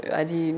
adi